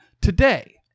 today